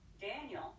Daniel